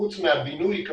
חוץ מבינוי מתקני הכליאה,